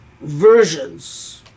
versions